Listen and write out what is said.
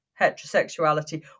heterosexuality